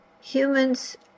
Humans